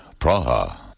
Praha